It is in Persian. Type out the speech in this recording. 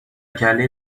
کله